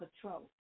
control